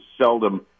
seldom